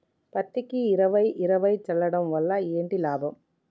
పత్తికి ఇరవై ఇరవై చల్లడం వల్ల ఏంటి లాభం?